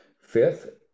Fifth